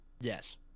Yes